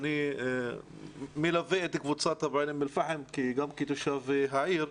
אני מלווה את קבוצת אום אל פאחם גם כתושב העיר.